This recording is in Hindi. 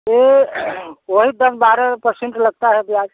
वह वही दस बारह परसेंट लगता है ब्याज